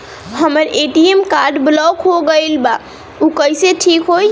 हमर ATM card block हो गईल बा ऊ कईसे ठिक होई?